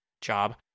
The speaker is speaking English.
job